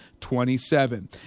27